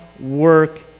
work